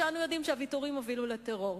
כשאנו יודעים שהוויתורים הובילו לטרור.